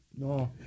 No